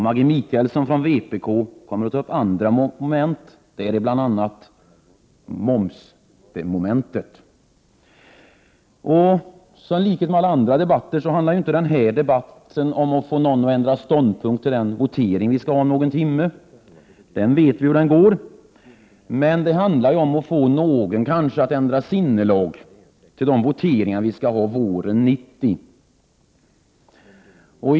Maggi Mikaelsson från vpk kommer att ta upp andra moment, bl.a. momsmomentet. Tlikhet med alla andra debatter handlar ju den här debatten inte om att få någon att ändra ståndpunkt till den votering som vi skall företa om någon timme. Vi vet ju hur det kommer att gå i den. Men debatten handlar om att kanske få någon att ändra sinnelag till de voteringar som vi skall ha våren 1990.